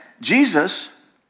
Jesus